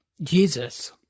Jesus